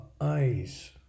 eyes